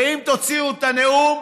ואם תוציאו את הנאום,